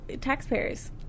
taxpayers